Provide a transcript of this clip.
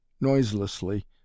noiselessly